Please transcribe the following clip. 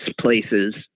places